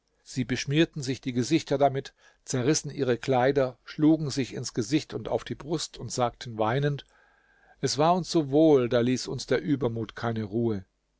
sie beschmierten sich die gesichter damit zerrissen ihre kleider schlugen sich ins gesicht und auf die brust und sagten weinend es war uns so wohl da ließ uns der übermut keine ruhe